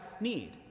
need